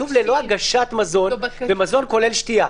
כתוב: ללא הגשת מזון, ומזון כולל שתייה.